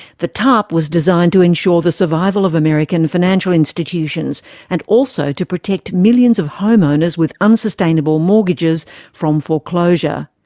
the tarp was designed to ensure the survival of american financial institutions and also to protect millions of homeowners with unsustainable mortgages from foreclosure.